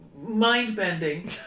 mind-bending